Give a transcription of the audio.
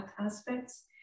aspects